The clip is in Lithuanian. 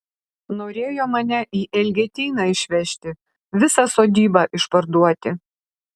norėjo mane į elgetyną išvežti visą sodybą išparduoti